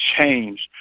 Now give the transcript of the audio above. changed